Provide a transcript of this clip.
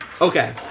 Okay